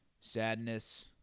sadness